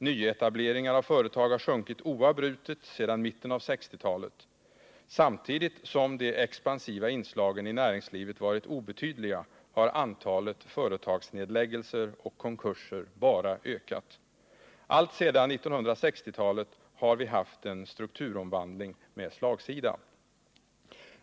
Nyetableringar av företag har sjunkit oavbrutet sedan mitten av 1960-talet. Samtidigt som de expansiva inslagen i näringslivet varit obetydliga har antalet företagsnedläggelser och konkurser bara ökat. Alltsedan 1960-talet har vi haft en strukturomvandling med slagsida.